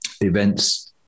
events